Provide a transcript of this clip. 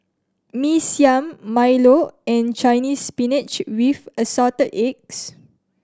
Mee Siam milo and Chinese Spinach with Assorted Eggs